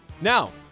Now